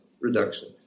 reduction